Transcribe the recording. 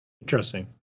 Interesting